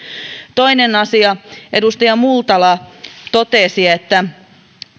toinen asia edustaja multala totesi että